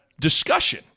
discussion